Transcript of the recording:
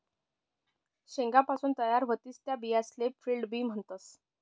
शेंगासपासून तयार व्हतीस त्या बियासले फील्ड बी म्हणतस